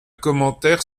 commentaire